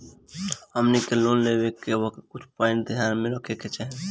हमनी के लोन लेवे के वक्त कुछ प्वाइंट ध्यान में रखे के चाही